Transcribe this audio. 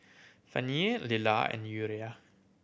Fannye Lilah and Uriah